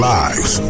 lives